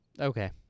Okay